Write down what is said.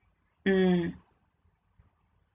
mm